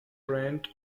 brand